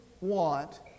want